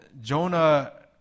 Jonah